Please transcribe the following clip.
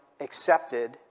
accepted